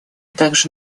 также